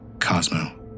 Cosmo